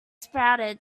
sprouted